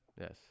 Yes